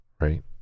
right